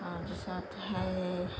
তাৰপিছত সেই